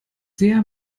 sehr